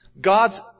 God's